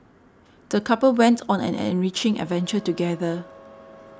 the couple went on an enriching adventure together